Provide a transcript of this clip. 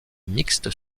mixtes